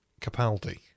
Capaldi